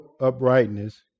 uprightness